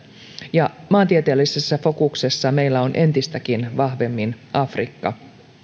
ja maantieteellisessä fokuksessa meillä on entistäkin vahvemmin afrikka